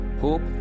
Hope